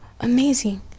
amazing